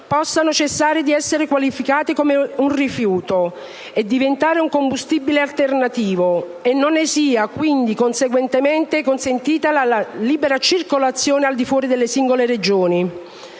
possano cessare di essere qualificate come un rifiuto e diventare un combustibile alternativo, e non ne sia quindi conseguentemente consentita la libera circolazione al di fuori delle singole Regioni.